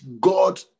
God